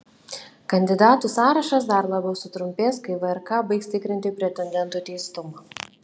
kandidatų sąrašas dar labiau sutrumpės kai vrk baigs tikrinti pretendentų teistumą